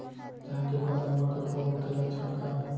धान के फसल मा कटुआ रोग के लक्षण का हे?